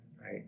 right